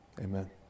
Amen